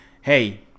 hey